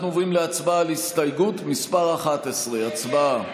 אנחנו עוברים להצבעה על הסתייגות מס' 11. הצבעה.